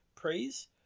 praise